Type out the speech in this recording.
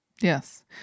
yes